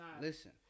listen